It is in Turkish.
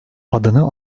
adını